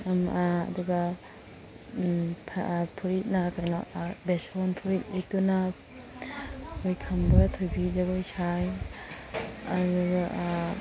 ꯑꯗꯨꯒ ꯐꯨꯔꯤꯠꯅ ꯀꯩꯅꯣ ꯂꯦꯁꯣꯟ ꯐꯨꯔꯤꯠ ꯂꯤꯠꯇꯨꯅ ꯑꯩꯈꯣꯏ ꯈꯝꯕ ꯊꯣꯏꯕꯤ ꯖꯒꯣꯏ ꯁꯥꯏ ꯑꯗꯨꯒ